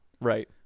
Right